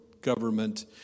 government